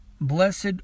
Blessed